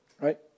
right